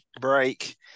break